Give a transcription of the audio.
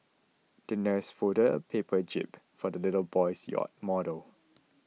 the nurse folded a paper jib for the little boy's yacht model